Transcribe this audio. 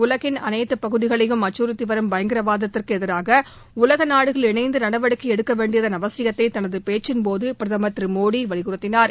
உலகின் அனைத்து பகுதிகளையும் அச்சுறுத்தி வரும் பயங்கரவாதத்திற்கு எதிராக உலக நாடுகள் இணைந்து நடவடிக்கை எடுக்கவேண்டியதன் அவசியத்தை தனது பேச்சின்போது பிரதமர் திரு மோடி வலியுறுத்தினார்